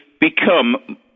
become